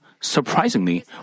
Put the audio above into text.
surprisingly